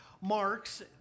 marks